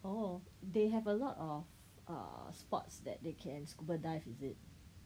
oh they have a lot of err err spots that they can scuba dive is it